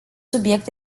subiect